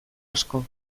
asko